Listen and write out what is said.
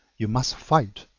you must fight.